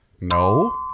No